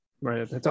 Right